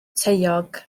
taeog